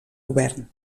govern